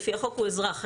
לפי החוק הוא אזרח.